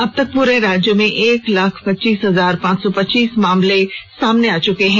अबतक पूरे राज्य में एक लाख पच्चीस हजार पांच सौ पच्चीस मामले सामने आ चुके हैं